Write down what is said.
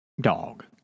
dog